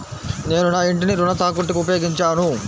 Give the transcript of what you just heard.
నేను నా ఇంటిని రుణ తాకట్టుకి ఉపయోగించాను